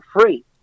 free